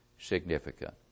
significant